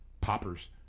poppers